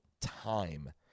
time